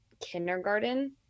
kindergarten